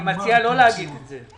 אני מציע לא להגיד את זה...